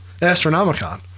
Astronomicon